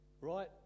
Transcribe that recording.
Right